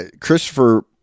Christopher